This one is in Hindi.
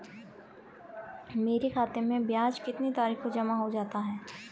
मेरे खाते में ब्याज कितनी तारीख को जमा हो जाता है?